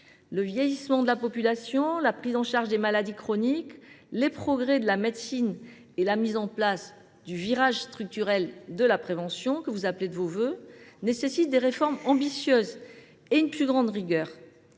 Le vieillissement de la population, la prise en charge des maladies chroniques, les progrès de la médecine et la mise en place du « virage structurel de la prévention », que vous appelez de vos vœux, nécessitent des réformes ambitieuses et une plus grande rigueur.